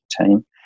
team